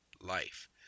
life